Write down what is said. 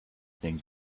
things